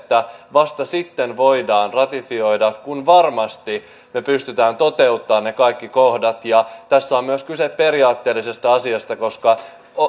vasta sitten voidaan ratifioida kun me varmasti pystymme toteuttamaan ne kaikki kohdat tässä on myös kyse periaatteellisesta asiasta koska